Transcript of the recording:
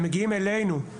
הם מביאים אותנו, ההורים,